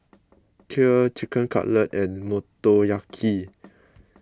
Kheer Chicken Cutlet and Motoyaki